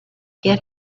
get